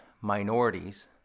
minorities